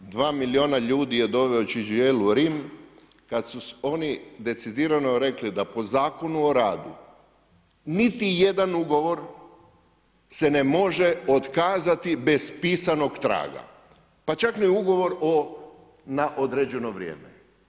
2 milijuna ljudi je doveo u … u Rim, kada su oni decidirano rekli da po Zakonu o radu niti jedan ugovor se ne može otkazati bez pisanog traga, pa čak ni ugovor na određeno vrijeme.